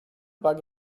bug